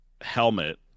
helmet